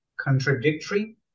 contradictory